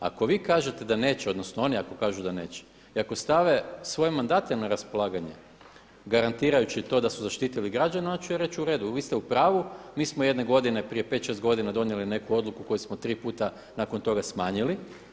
Ako vi kažete da neće, odnosno oni ako kažu da neće i ako stave svoje mandate na raspolaganje garantirajući to da su zaštitili građane onda ću ja reći u redu, vi ste u pravu, mi smo jedne godine prije 5, 6 godina donijeli neku odluku koju smo tri puta nakon toga smanjili.